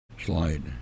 slide